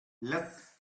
less